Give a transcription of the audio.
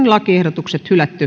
lakiehdotukset hylätään